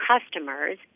customers